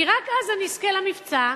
כי רק אז אני אזכה למבצע.